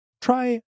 try